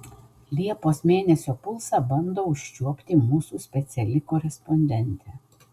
liepos mėnesio pulsą bando užčiuopti mūsų speciali korespondentė